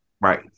right